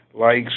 likes